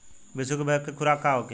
बिसुखी भैंस के खुराक का होखे?